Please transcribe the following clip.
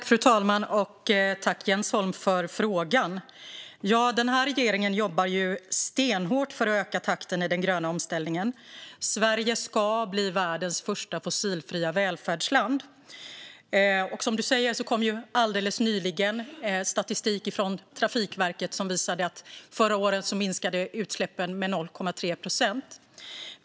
Fru talman! Jag tackar Jens Holm för frågan. Den här regeringen jobbar stenhårt för att öka takten i den gröna omställningen. Sverige ska bli världens första fossilfria välfärdsland. Som Jens Holm sa kom alldeles nyligen statistik från Trafikverket som visar att utsläppen förra året minskade med 0,3 procent.